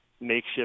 makeshift